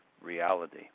reality